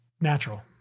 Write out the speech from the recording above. natural